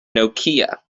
nokia